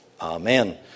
Amen